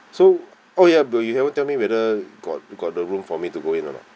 so oh ya but you haven't tell me whether got got the room for me to go in or not